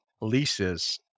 leases